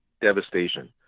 devastation